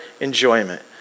enjoyment